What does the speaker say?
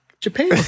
Japan